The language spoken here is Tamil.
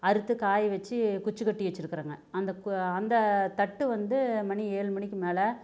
அறுத்து காயவெச்சு குச்சுக்கட்டி வச்சுருக்குறங்க அந்த கு அந்த தட்டு வந்து மணி ஏழுமணிக்கு மேல்